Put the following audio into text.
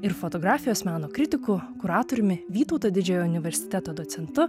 ir fotografijos meno kritiku kuratoriumi vytauto didžiojo universiteto docentu